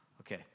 Okay